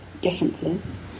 differences